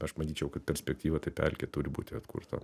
aš manyčiau kad perspektyva tai pelkė turi būti atkurta